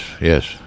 yes